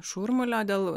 šurmulio dėl